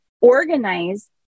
organize